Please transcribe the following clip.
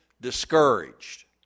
discouraged